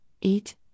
Eat